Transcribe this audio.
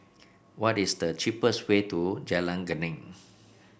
what is the cheapest way to Jalan Geneng